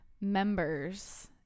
members